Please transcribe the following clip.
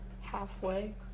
halfway